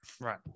Right